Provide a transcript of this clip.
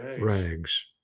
rags